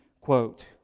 quote